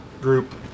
group